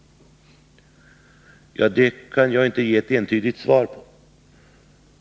Detta kan jag inte ge ett entydigt svar på.